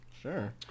sure